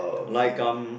like um